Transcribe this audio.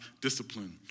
discipline